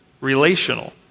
relational